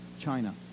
China